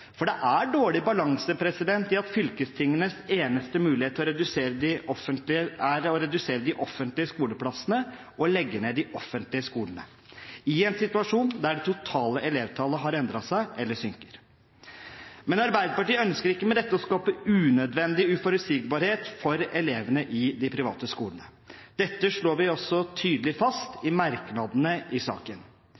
for det er dårlig balanse i at fylkestingenes eneste mulighet er å redusere de offentlige skoleplassene og legge ned de offentlige skolene, i en situasjon der det totale elevtallet har endret seg eller synker. Arbeiderpartiet ønsker ikke med dette å skape unødvendig uforutsigbarhet for elevene i de private skolene. Dette slår vi også tydelig fast